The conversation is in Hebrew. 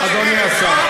אדוני השר.